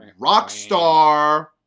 Rockstar